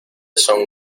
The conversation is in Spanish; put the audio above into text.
son